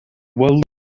world